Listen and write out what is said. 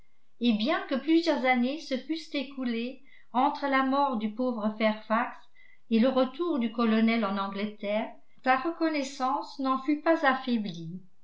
et bien que plusieurs années se fussent écoulées entre la mort du pauvre fairfax et le retour du colonel en angleterre sa reconnaissance n'en fut pas affaiblie